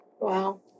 Wow